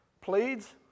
pleads